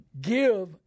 give